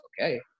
okay